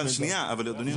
אבל שנייה, אדוני לא שומע.